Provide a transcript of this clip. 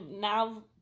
now